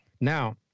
Now